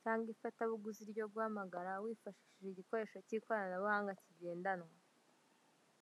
cyangwa ifatabuguzi ryo guhamagara wifashishije igikoresho cy'ikoranabuhanga kigendanwa.